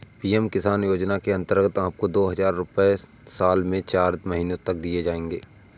PM Kisan योजना के अंतर्गत आपको दो हज़ार रुपये साल में चार महीने तक दिए जाएंगे